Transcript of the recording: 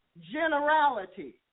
generality